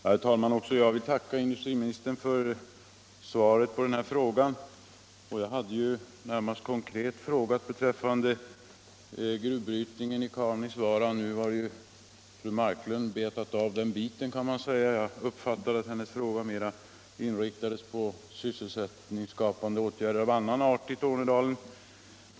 Herr talman! Också jag vill tacka industriministern för svaret på frågan. Jag hade närmast konkret frågat beträffande gruvbrytningen i Kaunisvaara. Nu har fru Marklund betat av den biten, kan man säga. Jag uppfattade att hennes fråga mera inriktades på sysselsättningsskapande åtgärder av annan art i Tornedalen.